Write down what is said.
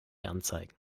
anzeigen